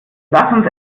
lass